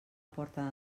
porta